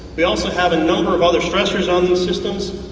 we also have a number of other stressors on these systems.